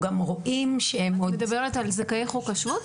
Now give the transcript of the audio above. את מדברת על זכאי חוק השבות?